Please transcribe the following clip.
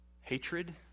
Hatred